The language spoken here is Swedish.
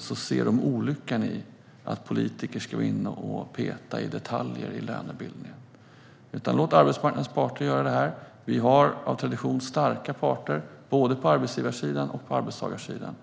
ser de olyckan i att politiker ska vara inne och peta i detaljer i lönebildningen. Låt arbetsmarknadens parter göra detta. Vi har av tradition starka parter både på arbetsgivarsidan och på arbetstagarsidan.